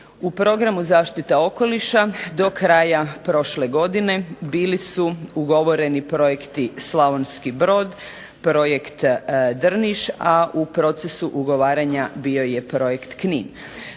U programu zaštita okoliša, do kraja prošle godine bili su ugovoreni projekti Slavonski Brod, projekt Drniš, a u procesu ugovaranja bio je projekt Knin,